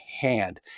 hand